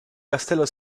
castello